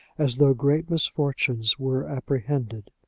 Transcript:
as though great misfortunes were apprehended.